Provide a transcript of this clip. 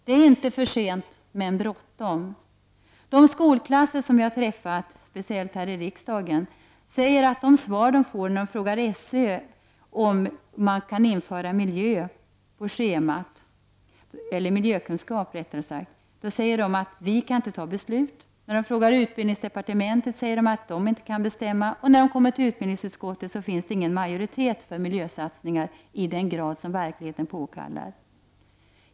Det är inte för sent — men bråttom. De skolklasser som jag träffat, speciellt här i riksdagen, säger att när de frågar om man kan införa miljökunskap på schemat, får de från SÖ svaret att ”vi kan inte fatta beslut”. När de frågar utbildningsdepartementet, får de beskedet att departementet inte kan bestämma. När de kommer till utbildningsutskottet, finns det inte majoritet för miljösatsningar i den grad som verkligheten påkallar.